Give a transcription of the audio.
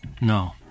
No